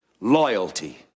loyalty